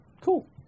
Cool